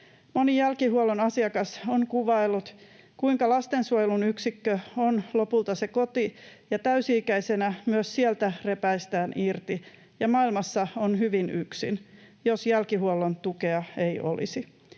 Moni jälkihuollon asiakas on kuvaillut, kuinka lastensuojelun yksikkö on lopulta se koti, ja täysi-ikäisenä myös sieltä repäistään irti ja maailmassa on hyvin yksin, jos jälkihuollon tukea ei olisi.